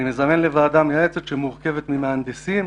אני מזמן לוועדה מייעצת שמורכבת ממהנדסים